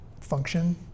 function